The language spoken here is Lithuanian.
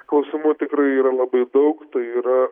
klausimų tikrai yra labai daug tai yra